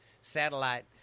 satellite